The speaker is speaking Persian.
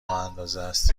اندازست